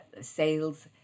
sales